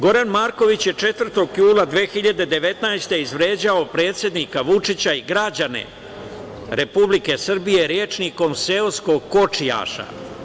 Goran Marković je 4. jula 2019. godine izvređao predsednika Vučića i građane Republike Srbije rečnikom seoskog kočijaša.